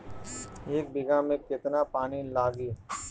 एक बिगहा में केतना पानी लागी?